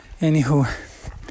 Anywho